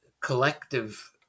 collective